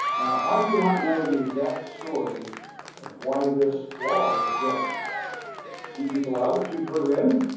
now, i do not know the exact story of why this wall was built to keep people out or keep her in?